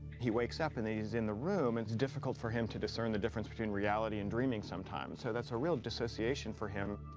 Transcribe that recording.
he wakes up, and then he's in the room, and it's difficult for him to discern the difference between reality and dreaming sometimes. so that's a real dissociation for him.